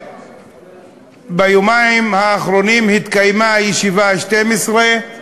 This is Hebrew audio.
וביומיים האחרונים התקיימה הישיבה ה-12,